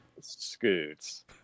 Scoots